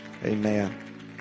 Amen